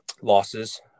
losses